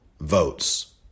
votes